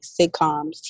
sitcoms